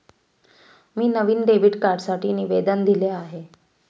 मी नवीन डेबिट कार्डसाठी निवेदन दिले आहे